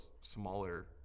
smaller